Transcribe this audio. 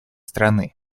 страны